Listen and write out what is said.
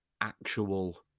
actual